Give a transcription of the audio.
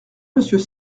monsieur